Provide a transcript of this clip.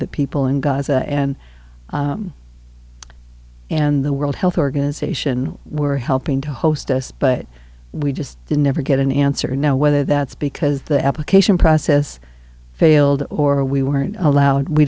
the people in gaza and and the world health organization were helping to host us but we just didn't ever get an answer now whether that's because the application process failed or we weren't allowed we